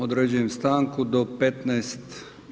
Određujem stanku do 15 i